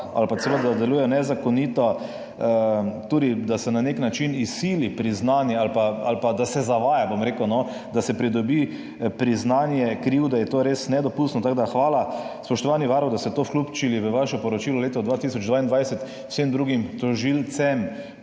ali pa da celo delujejo nezakonito, tudi da se na nek način izsili priznanje ali pa da se zavaja, bom rekel, da se pridobi priznanje krivde, to je res nedopustno. Tako da hvala, spoštovani varuh, da ste to vključili v svoje poročilo za leto 2022. Vsem drugim tožilcem